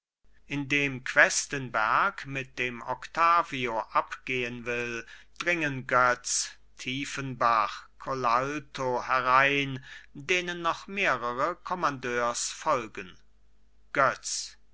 indem questenberg mit dem octavio abgehen will dringen götz tiefenbach colalto herein denen noch mehrere kommandeurs folgen götz